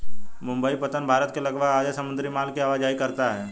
मुंबई पत्तन भारत के लगभग आधे समुद्री माल की आवाजाही करता है